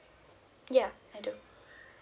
ya I do